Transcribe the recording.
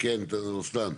כן רוסלאן.